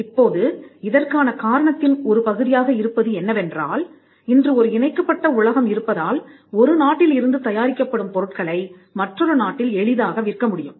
இப்போது இதற்கான காரணத்தின் ஒரு பகுதியாக இருப்பது என்னவென்றால் இன்று ஒரு இணைக்கப்பட்ட உலகம் இருப்பதால் ஒரு நாட்டில் இருந்து தயாரிக்கப்படும் பொருட்களை மற்றொரு நாட்டில் எளிதாக விற்க முடியும்